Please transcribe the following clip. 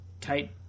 tight